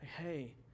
Hey